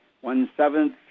One-seventh